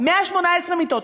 118 מיטות,